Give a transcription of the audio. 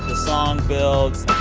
song builds